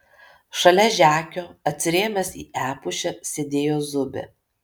šalia žekio atsirėmęs į epušę sėdėjo zubė